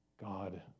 God